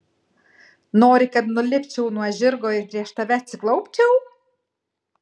nori kad nulipčiau nuo žirgo ir prieš tave atsiklaupčiau